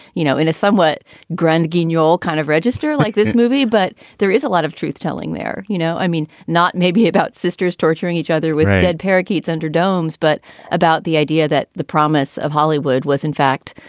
you know, in a somewhat grand guignol kind of register like this movie. but there is a lot of truth telling there, you know. i mean, not maybe about sisters torturing each other with dead parakeets under domes, but about the idea that the promise of hollywood was, in fact,